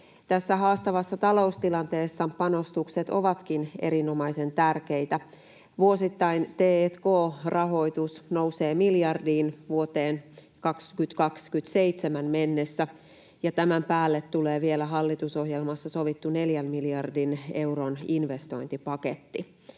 Tässä haastavassa taloustilanteessa panostukset ovatkin erinomaisen tärkeitä. Vuosittainen t&k-rahoitus nousee miljardiin vuoteen 2027 mennessä, ja tämän päälle tulee vielä hallitusohjelmassa sovittu neljän miljardin euron investointipaketti.